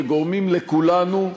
וגורמים לכולנו,